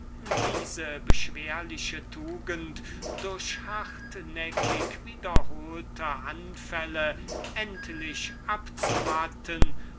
diese beschwerliche tugend durch hartnäckig wiederholte anfälle endlich selbst abzumatten